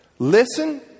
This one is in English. Listen